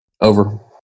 Over